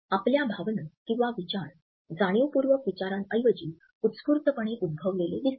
आपल्या भावना किंवा विचार जाणीवपूर्वक विचारांऐवजी उत्स्फूर्तपणे उद्भवलेले दिसतात